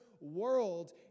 world